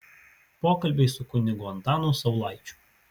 pokalbiai su kunigu antanu saulaičiu